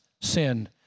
sin